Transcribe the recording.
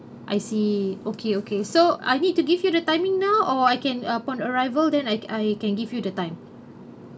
I see okay okay so I need to give you the timing now or I can upon arrival then I I can give you the time